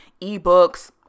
eBooks